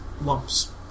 lumps